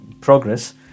progress